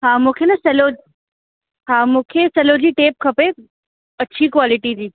हा मूंखे न सलोज हा मूंखे सलो जी टेप खपे अच्छी क्वालिटी जी